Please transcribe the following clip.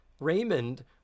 Raymond